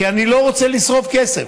כי אני לא רוצה לשרוף כסף.